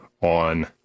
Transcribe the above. on